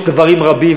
יש דברים רבים,